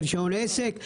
רישיון עסק,